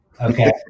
okay